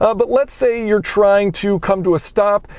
ah but let's say you're trying to come to a stop,